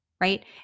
right